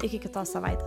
iki kitos savaitės